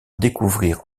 découvrir